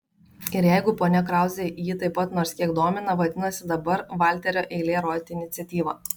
ir jeigu ponia krauzė jį taip pat nors kiek domina vadinasi dabar valterio eilė rodyti iniciatyvą